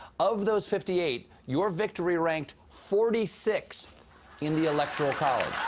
of those fifty eight, your victory ranked forty sixth in the electoral college.